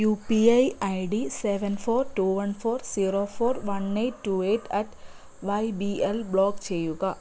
U P I I D seven four two one four zero four one eight two eight at Y B L block ചെയ്യുക